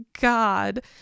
God